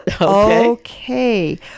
Okay